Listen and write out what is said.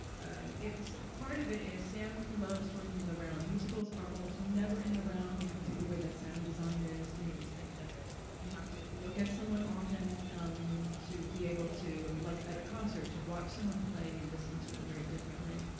part of it is sam loves working in the round. musicals are almost never in the round because of the way that sound design is. you know, just think that you have to look at someone often um to be able to like at a concert, to watch someone play you listen to it very differently.